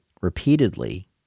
repeatedly